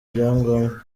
ibyangombwa